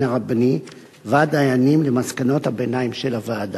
הרבני והדיינים למסקנות הביניים של הוועדה.